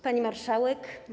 Pani Marszałek!